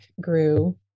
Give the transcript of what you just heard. grew